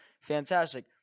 fantastic